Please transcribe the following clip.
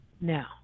now